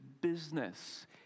business